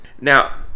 Now